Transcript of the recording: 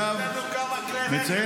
תגיד לנו כמה כלי